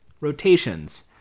rotations